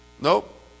Nope